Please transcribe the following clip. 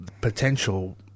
potential